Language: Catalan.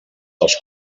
dels